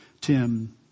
Tim